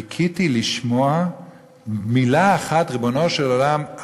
חיכיתי לשמוע מילה אחת: ריבונו של עולם,